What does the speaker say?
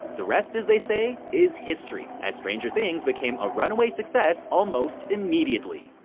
the rest, as they say, is history, as stranger things became a runaway success almost immediately.